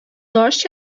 таш